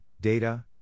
data